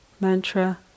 mantra